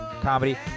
comedy